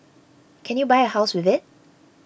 can you buy a house with it